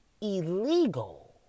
illegal